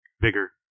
bigger